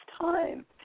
time